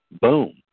Boom